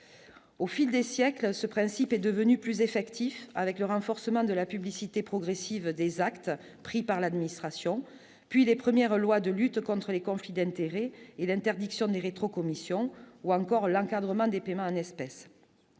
au fil des siècles, ce principe est devenue plus effectif avec le renforcement de la publicité progressive des actes pris par l'administration, puis les premières lois de lutte contre les conflits d'intérêt et l'interdiction des rétrocommissions ou encore l'encadrement des paiements en espèces